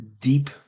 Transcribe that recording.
deep